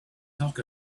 talk